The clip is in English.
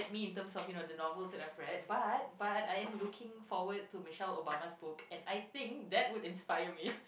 me in terms of you know the novels I have read but but I am looking forward to Michelle-Obama's book and I think that would inspire me